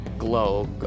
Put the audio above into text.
glow